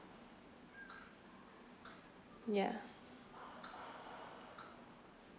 ya